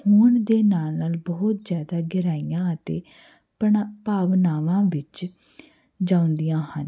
ਹੋਣ ਦੇ ਨਾਲ ਨਾਲ ਬਹੁਤ ਜ਼ਿਆਦਾ ਗਹਿਰਾਈਆਂ ਅਤੇ ਪਨਾ ਭਾਵਨਾਵਾਂ ਵਿੱਚ ਜਾਂਦੀਆਂ ਹਨ